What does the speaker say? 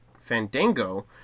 Fandango